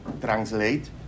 translate